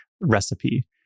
recipe